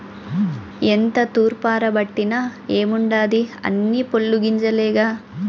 ఎంత తూర్పారబట్టిన ఏముండాది అన్నీ పొల్లు గింజలేగా